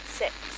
six